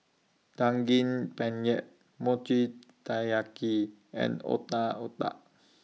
Daging Penyet Mochi Taiyaki and Otak Otak